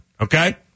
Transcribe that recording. okay